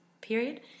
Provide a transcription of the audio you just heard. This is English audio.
period